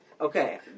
okay